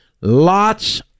Lots